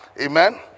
Amen